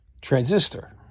transistor